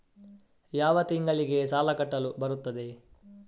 ಯಾವ ತಿಂಗಳಿಗೆ ಸಾಲ ಕಟ್ಟಲು ಬರುತ್ತದೆ?